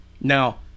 Now